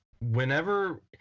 Whenever